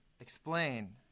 Explain